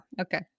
Okay